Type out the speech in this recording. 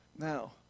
Now